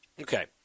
Okay